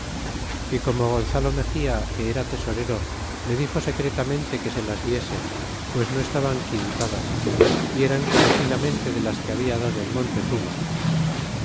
y como gonzalo mexia que era tesorero le dixo secretamente que se las diese pues no estaban quintadas y eran conocidamente de las que habia dado el montezurna